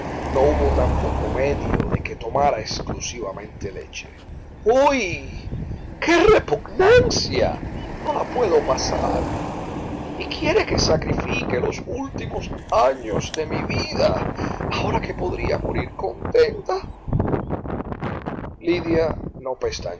no hubo tampoco medio de que tomara exclusivamente leche huy qué repugnancia no la puedo pasar y quiere que sacrifique los últimos años de mi vida ahora que podría morir contenta lidia no pestañeó